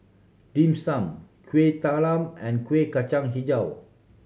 Dim Sum Kuih Talam and Kuih Kacang Hijau